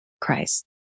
Christ